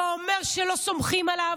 זה אומר שלא סומכים עליו,